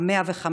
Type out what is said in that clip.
105,